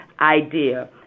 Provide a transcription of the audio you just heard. idea